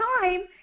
time